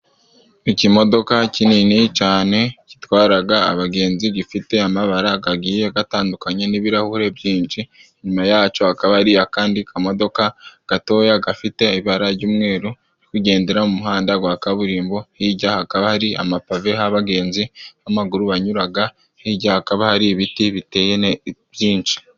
Ikimodoka kinini cyane gitwara abagenzi, gifite amabara agiye atandukanye, n'ibirahure byinshi, inyuma yacyo hakaba hari akandi kamodoka gatoya, gafite ibara ry'umweru, kagendera mu muhanda wa kaburimbo, hirya hakaba hari amapave abagenzi b'amaguru banyura, hirya hakaba hari ibiti byinshi.